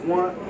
one